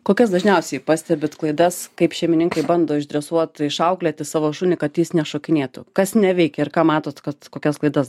kokias dažniausiai pastebit klaidas kaip šeimininkai bando išdresuot išauklėti savo šunį kad jis nešokinėtų kas neveikia ir ką matot kad kokias klaidas